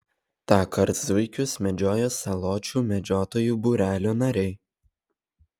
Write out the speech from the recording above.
tąkart zuikius medžiojo saločių medžiotojų būrelio nariai